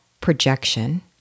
projection